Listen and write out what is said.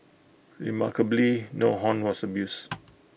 remarkably no horn was abused